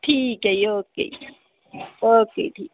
ਠੀਕ ਹੈ ਜੀ ਓਕੇ ਓਕੇ ਠੀਕ